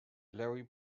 larry